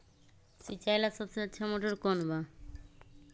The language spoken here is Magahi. सिंचाई ला सबसे अच्छा मोटर कौन बा?